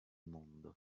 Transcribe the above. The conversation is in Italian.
mondo